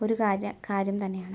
ഒരു കാര്യ കാര്യം തന്നെയാണ്